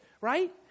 Right